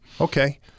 Okay